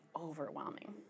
overwhelming